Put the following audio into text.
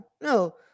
No